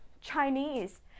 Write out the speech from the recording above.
Chinese